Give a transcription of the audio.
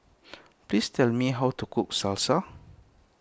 please tell me how to cook Salsa